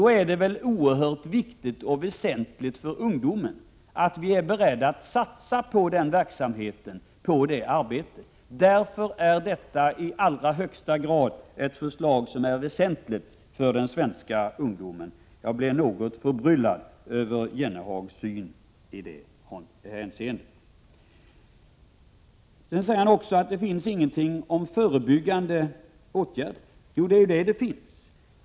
Då är det oerhört viktigt och väsentligt för ungdomen att vi är beredda att satsa på sådan verksamhet och sådant arbete. Därför är det ett i allra högsta grad väsentligt förslag för den svenska ungdomen. Jag blev något förbryllad över Jan Jennehags syn i det hänseendet. Jan Jennehag menade att det inte fanns några förebyggande åtgärder redovisade. Men det finns.